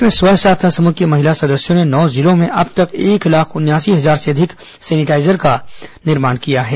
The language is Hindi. प्रदेश में स्व सहायता समूह की महिला सदस्यों ने नौ जिलों में अब तक एक लाख उनयासी हजार से अधिक सैनिटाईजर का निर्माण किया है